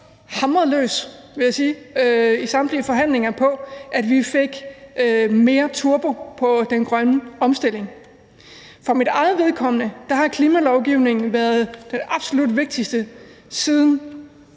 hamret løs, vil jeg sige, i samtlige forhandlinger, om, at vi skulle have mere turbo på den grønne omstilling. For mit eget vedkommende har klimalovgivningen været det absolut vigtigste siden